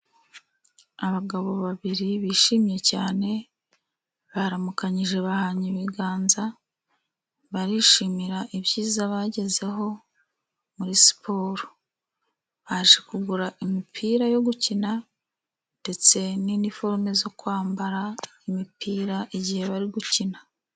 Abagabo babiri bishimye cyane baramukanyije, bahanye ibiganza, barishimira ibyiza bagezeho muri siporo, baje kugura imipira yo gukina ndetse n'iniforume zo kwambara (imipira) igihe bari gukina.